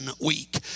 Week